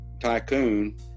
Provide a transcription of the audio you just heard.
tycoon